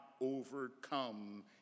overcome